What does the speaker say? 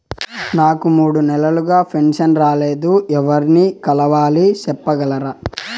నాకు మూడు నెలలుగా పెన్షన్ రాలేదు ఎవర్ని కలవాలి సెప్పగలరా?